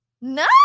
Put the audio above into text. no